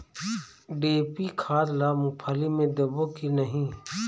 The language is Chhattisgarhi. डी.ए.पी खाद ला मुंगफली मे देबो की नहीं?